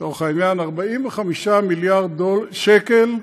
לצורך העניין, 45 מיליארד שקל.